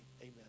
amen